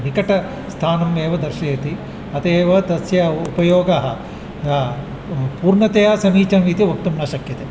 निकटस्थानमेव दर्शयति अतः एव तस्य उपयोगः पूर्णतया समीचीनं इति वक्तुं न शक्यते